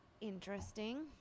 Interesting